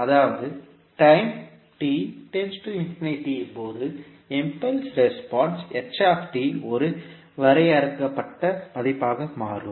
அதாவது time t போது impulse response ஒரு வரையறுக்கப்பட்ட மதிப்பாக மாறும்